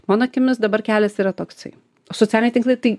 mano akimis dabar kelias yra toksai socialiniai tinklai tai